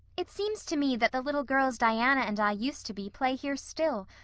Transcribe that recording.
it seems to me that the little girls diana and i used to be play here still,